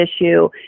issue